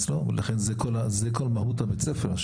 המועצה מפעילה את סמכותה ומסמיכה רב כנותן הכשר.